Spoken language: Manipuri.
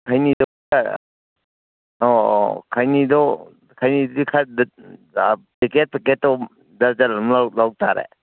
ꯈꯩꯅꯤꯗꯣ ꯈꯔ ꯑꯣ ꯑꯣ ꯈꯩꯅꯤꯗꯣ ꯈꯩꯅꯤꯗꯨꯗꯤ ꯈꯔ ꯄꯦꯀꯦꯠ ꯄꯦꯀꯦꯠꯇꯣ ꯗꯔꯖꯟ ꯑꯃ ꯂꯧꯇꯥꯔꯦ